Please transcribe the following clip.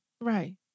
right